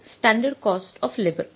हे आहे standard cost of labour